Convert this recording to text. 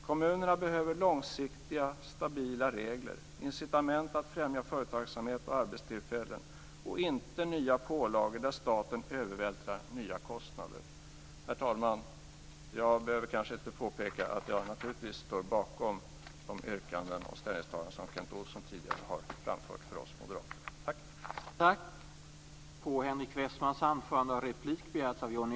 Kommunerna behöver långsiktigt stabila regler. De behöver incitament för att främja företagsamhet och arbetstillfällen och inte nya pålagor där staten övervältrar nya kostnader. Herr talman! Jag behöver kanske inte påpeka att jag naturligtvis står bakom de yrkanden och ställningstaganden som Kent Olsson tidigare framfört för oss moderater.